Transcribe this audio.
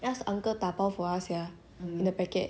ask uncle dabao for us ya in a packet